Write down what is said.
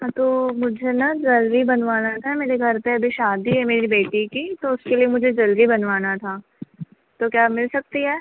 हाँ तो मुझे ना ज्वेलरी बनवाना था मेरे घर पर अभी शादी है मेरी बेटी की तो उसके लिए मुझे ज्वेलरी बनवाना था तो क्या मिल सकती है